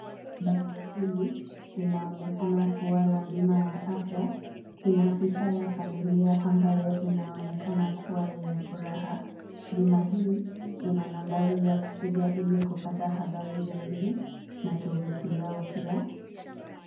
Bango hili, linaonekana kuwa la bima ya afya. Ina picha ya familia ambayo inaonekana kuwa yenye furaha. Bima hii ina nambari ya kupiga ili kupata habari zaidi, na tovuti yao pia.